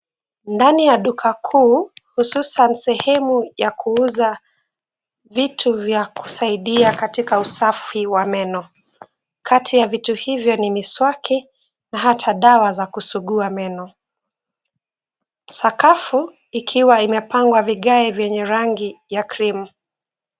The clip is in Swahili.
Ndani ya duka kuu, hususan sehemu ya kuuza vitu vya kusaidia katika usafi wa meno. Kati ya vitu hivyo ni miswaki na hata dawa za kusugua meno. Sakafu ikiwa imepangwa vigae vyenye rangi ya krimu.